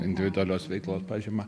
individualios veiklos pažymą